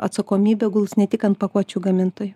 atsakomybė guls ne tik ant pakuočių gamintojų